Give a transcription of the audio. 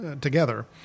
together